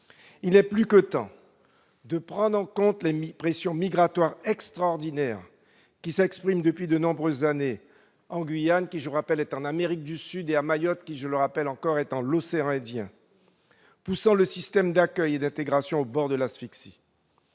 Il est plus que temps de prendre en compte les pressions migratoires extraordinaires qui s'exercent depuis de nombreuses années en Guyane, qui, je le rappelle, est en Amérique du Sud, et à Mayotte, qui, je le rappelle également, est dans l'océan Indien, poussant le système d'accueil et d'intégration au bord de l'asphyxie.